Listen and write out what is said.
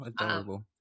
Adorable